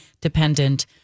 dependent